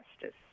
justice